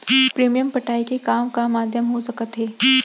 Premium पटाय के का का माधयम हो सकत हे?